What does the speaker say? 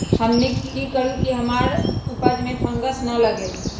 हमनी की करू की हमार उपज में फंगस ना लगे?